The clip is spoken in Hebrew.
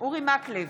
אורי מקלב,